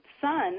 son